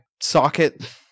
socket